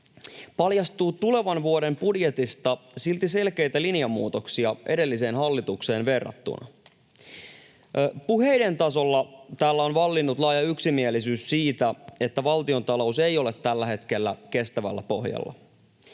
paljastuu tulevan vuoden budjetista silti selkeitä linjanmuutoksia edelliseen hallitukseen verrattuna. Puheiden tasolla täällä on vallinnut laaja yksimielisyys siitä, että valtiontalous ei ole tällä hetkellä kestävällä pohjalla.